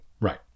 Right